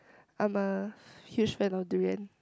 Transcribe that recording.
I am a huge fan of durian